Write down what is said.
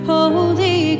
Holy